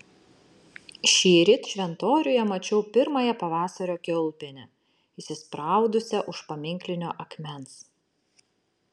šįryt šventoriuje mačiau pirmąją pavasario kiaulpienę įsispraudusią už paminklinio akmens